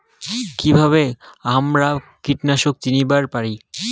কিভাবে হামরা কীটপতঙ্গ চিনিবার পারি?